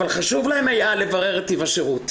אבל היה חשוב להם לברר את טיב השירות.